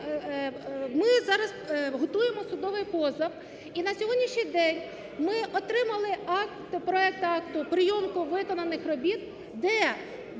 ми зараз готуємо судовий позов. І на сьогоднішній день ми отримали акт, проект акту прийому виконаних робіт, де